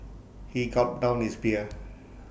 he gulped down his beer